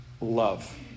love